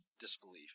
disbelief